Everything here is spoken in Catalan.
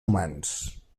humans